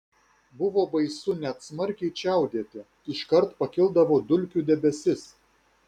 buvo baisu net smarkiai čiaudėti iškart pakildavo dulkių debesis